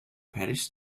paris